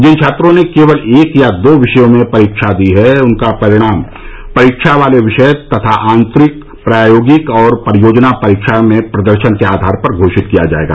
जिन छात्रों ने केवल एक या दो विषयों में परीक्षा दी है उनका परिणाम परीक्षा वाले विषय तथा आतंरिक प्रायोगिक और परियोजना परीक्षा में प्रदर्शन के आधार पर घोषित किया जाएगा